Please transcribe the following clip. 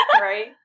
Right